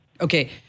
Okay